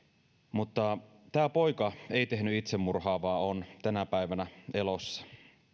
tämä poika ei tehnyt itsemurhaa vaan on tänä päivänä elossa